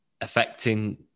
affecting